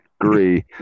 Agree